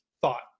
thought